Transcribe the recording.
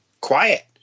quiet